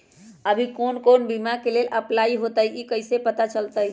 अभी कौन कौन बीमा के लेल अपलाइ होईत हई ई कईसे पता चलतई?